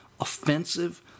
offensive